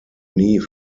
nie